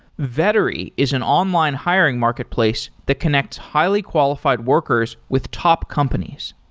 vettery is an online hiring marketplace to connect highly-qualified workers with top companies.